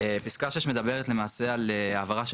פסקה (6) מדברת למעשה על העברה של